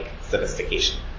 sophistication